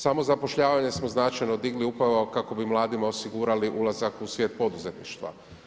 Samozapošljavanje smo značajno digli, upravo kako bi mladima osigurali ulazak u svijet poduzetništva.